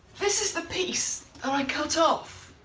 this is the piece cut off.